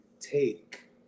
take